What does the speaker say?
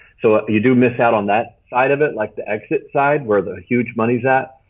so you do miss out on that side of it, like the exit side where the huge moneys at,